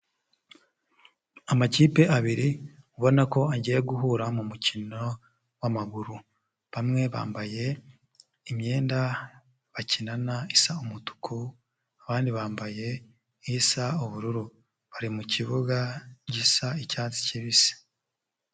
Amakipe abiri ubona ko agiye guhura mu mukino wa maguru, bamwe bambaye imyenda bakinana isa umutuku, abandi bambaye isa ubururu bari mu kibuga gisa icyatsi kibisi.